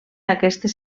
aquestes